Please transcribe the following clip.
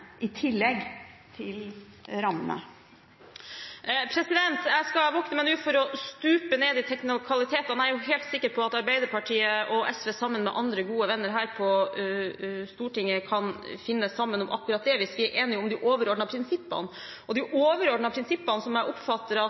i tillegg til rammene? Nå skal jeg vokte meg for å stupe ned i teknikalitetene. Jeg er helt sikker på at Arbeiderpartiet og SV sammen med andre gode venner her på Stortinget kan finne sammen om akkurat det hvis vi er enige om de overordnede prinsippene. Og de overordnede prinsippene som jeg oppfatter at